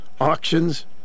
Auctions